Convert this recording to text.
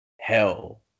hell